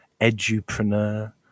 edupreneur